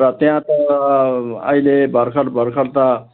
र त्यहाँ त अहिले भर्खर भर्खर त